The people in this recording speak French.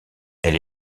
elle